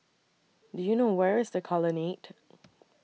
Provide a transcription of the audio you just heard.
Do YOU know Where IS The Colonnade